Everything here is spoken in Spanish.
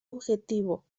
objetivo